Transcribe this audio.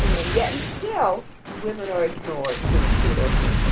and yet still, women are ignored when the kudos are are